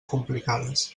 complicades